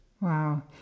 wow